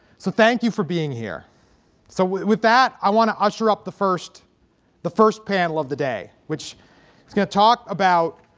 so thank you for being here so with that i want to ah sure up the first the first panel of the day which it's going to talk about